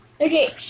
okay